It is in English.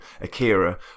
Akira